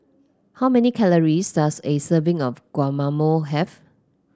how many calories does a serving of Guacamole have